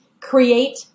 create